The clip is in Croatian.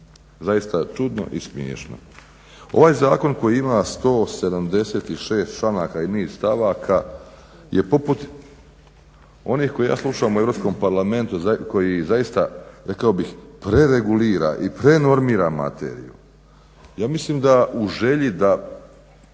Zaista, čudno i smiješno. Ovaj zakon koji ima 176. članaka i niz stavaka je poput onih koje ja slušam u Europskom parlamentu, koji zaista rekao bih preregulira i prenormira materiju. Ja mislim da u želji da,